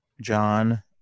John